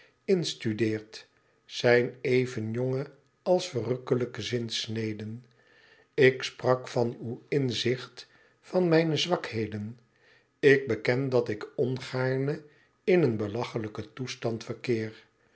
in studeert zijn even jonge als verrukkelijke zinsneden ik sprak van uw inzicht van mijne zwakheden ik beken dat ik ongaarne in een belachelijken toestand verkeer